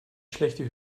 schlechte